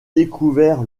découvert